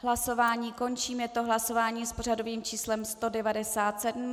Hlasování končím, je to hlasování s pořadovým číslem 197.